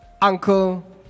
Uncle